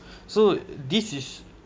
so this is